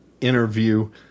interview